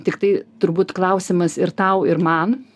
tiktai turbūt klausimas ir tau ir man